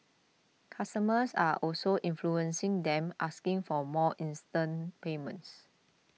customers are also influencing them asking for more instant payments